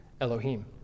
Elohim